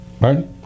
Right